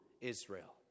Israel